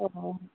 অঁ